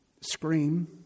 scream